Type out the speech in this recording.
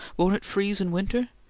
won't it freeze in winter?